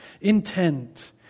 intent